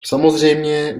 samozřejmě